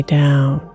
down